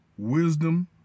Wisdom